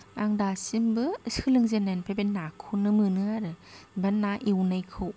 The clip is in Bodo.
आं दासिमबो सोलोंजेन्नायनिफ्रायनो बे नाखौनो मोनो आरो बा ना एवनायखौ